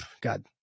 God